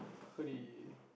could he